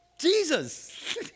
Jesus